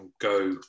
go